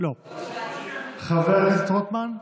לא, חבר הכנסת רוטמן,